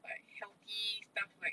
like healthy stuff like